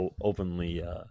Openly